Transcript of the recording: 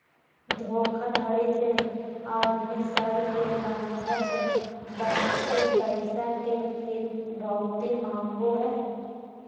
धोखाधडी से आदमी सब के बंधक बनाके पैसा के फिरौती मांगो हय